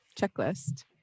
checklist